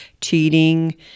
cheating